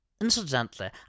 Incidentally